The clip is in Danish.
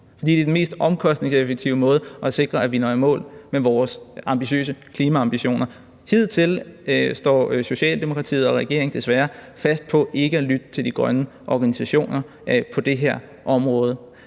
det er den mest omkostningseffektive måde at sikre, at vi når i mål med vores ambitiøse klimaambitioner. Hidtil har Socialdemokratiet og regeringen desværre stået fast på ikke at lytte til de grønne organisationer på det her område.